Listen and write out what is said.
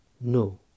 No